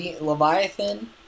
Leviathan